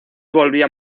volvía